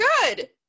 good